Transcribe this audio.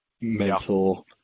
mental